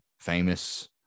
Famous